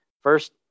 first